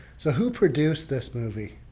so who produced this movie?